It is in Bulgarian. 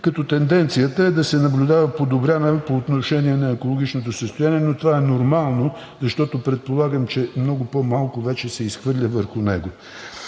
като тенденцията е да се наблюдава подобряване по отношение на екологичното състояние, но това е нормално, защото предполагам, че много по-малко вече се изхвърля върху него.